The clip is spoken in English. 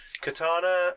katana